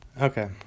Okay